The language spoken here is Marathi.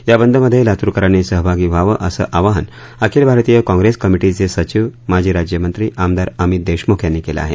या बंद मध्ये लातूरकरांनी सहभागी व्हावं असं आवाहन अखिल भारतीय काँग्रेस कमिटीचे सचिव माजी राज्यमंत्री आमदार अमित देशमुख यांनी केलं आहे